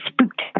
spooked